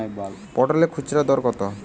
পটলের খুচরা দর কত?